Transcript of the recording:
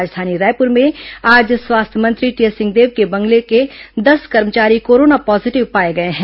राजधानी रायपुर में आज स्वास्थ्य मंत्री टीएस सिंहदेव के बंगले के दस कर्मचारी कोरोना पॉजीटिव पाए गए हैं